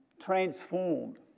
transformed